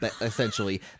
essentially